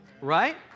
Right